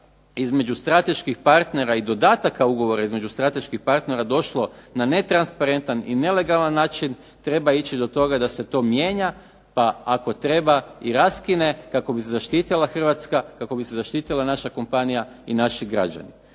između strateških partnera i dodataka ugovora između strateških partnera došlo na netransparentan i nelegalan način, treba ići do toga da se mijenja, pa ako treba i raskine kako bi se zaštitila Hrvatska, kako bi se zaštitila naša kompanija i naši građani.